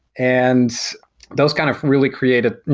and those kind of really created,